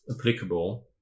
applicable